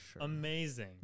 Amazing